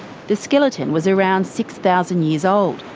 the skeleton was around six thousand years old,